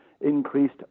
increased